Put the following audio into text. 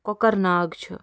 کۄکَر ناگ چھِ